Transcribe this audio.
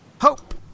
Hope